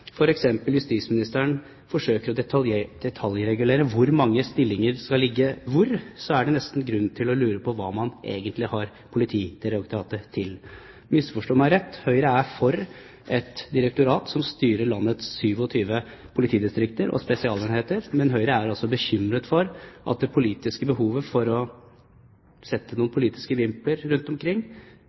f.eks. justisministeren forsøker å detaljregulere hvor mange stillinger som skal ligge hvor, er det nesten grunn til å lure på hva man egentlig har Politidirektoratet til. Misforstå meg rett: Høyre er for et direktorat som styrer landets 27 politidistrikter og spesialenheter, men er altså bekymret for at det politiske behovet for å sette noen politiske vimpler rundt omkring